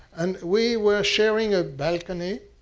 and we were sharing a balcony.